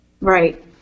Right